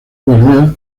guardias